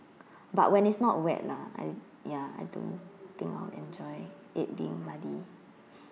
but when it's not wet lah and ya I don't think I'll enjoy it being muddy